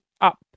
up